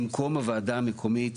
במקום הוועדה המקומית,